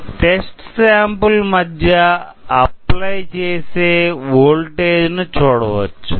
test sample మధ్య apply చేసే voltage ను చూడవచ్చు